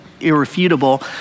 irrefutable